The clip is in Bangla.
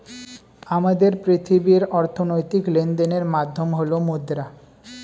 আমাদের পৃথিবীর অর্থনৈতিক লেনদেনের মাধ্যম হল মুদ্রা